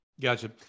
Gotcha